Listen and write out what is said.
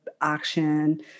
action